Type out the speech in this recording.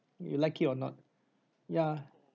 you like it or not ya